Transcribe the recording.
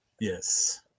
Yes